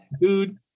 dude